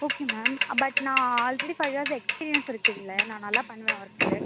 okay ma'am but நான் already five years experience இருக்குது இதில் நான் நல்லா பண்ணுவேன் ஒர்க்கு